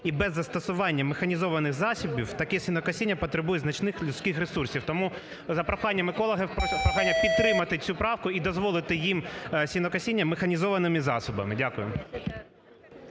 і без застосування механізованих засобів таке сінокосіння потребує значних людських ресурсів. Тому, за проханням екологів, прохання підтримати цю правку і дозволити їм сінокосіння механізованими засобами. Дякую.